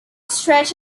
stretch